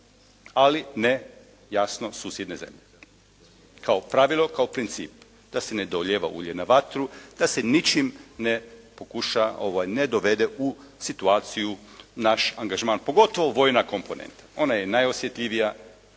ali ne jasno susjedne zemlje. Kao pravilo, kao princip, da se ne dolijeva ulje na vatru, da se ničim ne pokuša, ne dovede u situaciju naš angažman, pogotovo vojna komponenta. Ona je najosjetljivija